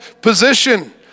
position